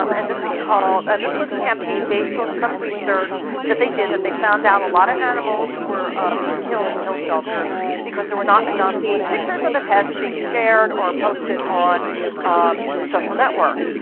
um and this is called and this was a campaign based on some research that they did that they found out a lot of animals were being killed in kill shelters because there were not enough cute pictures of the pets being shared or posted on social networks.